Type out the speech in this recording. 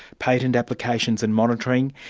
patent applications and monitoring,